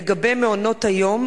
לגבי מעונות-היום,